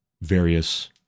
various